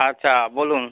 আচ্ছা বলুন